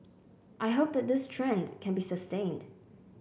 I hope that this trend can be sustained